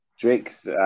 Drake's